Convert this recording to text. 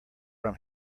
from